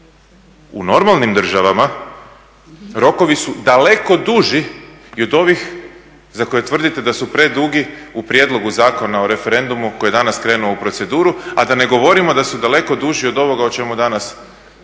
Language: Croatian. U normalnim državama rokovi su daleko duži i od ovih za koje tvrdite da su predugi u prijedlogu Zakona o referendumu koji je danas krenuo u proceduru, a da ne govorimo da su daleko duži od ovoga o čemu danas govorimo.